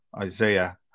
Isaiah